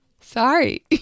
Sorry